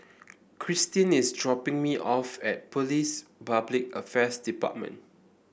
Krysten is dropping me off at Police Public Affairs Department